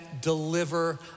deliver